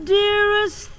dearest